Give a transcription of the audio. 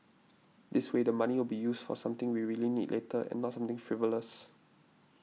this way the money will be used for something we really need later and not something frivolous